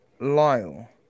Lyle